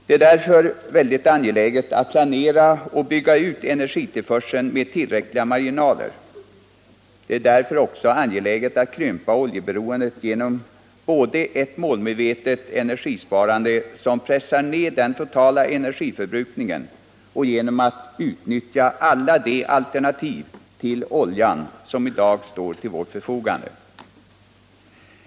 Det är därför mycket angeläget att planera och bygga ut energitillförseln med tillräckliga marginaler och att krympa oljeberoendet både genom ett målmedvetet energisparande som pressar ned den totala energiförbrukningen och genom utnyttjande av alla de alternativ till olja som i dag står till vårt förfogande.